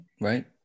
right